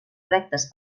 rectes